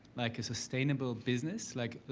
like, a sustainable business? like,